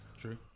True